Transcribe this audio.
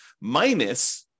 minus